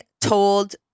told